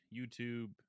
youtube